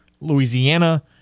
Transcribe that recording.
Louisiana